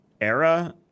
era